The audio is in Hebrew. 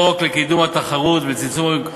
אוחיון בטעות לא הצביע ממקומו, בטעות.